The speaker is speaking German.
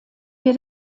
wir